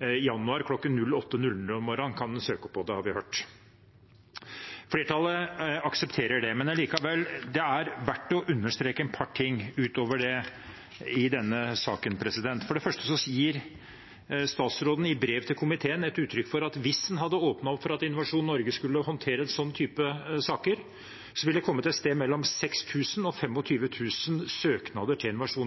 morgenen. Da kan en søke på det, har vi fått høre. Flertallet aksepterer det, men det er likevel verdt å understreke et par ting utover det i denne saken. For det første gir statsråden i brev til komiteen uttrykk for at hvis en hadde åpnet opp for at Innovasjon Norge skulle håndtert den typen saker, ville det kommet et sted mellom 6 000